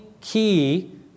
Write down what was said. key